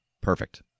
perfect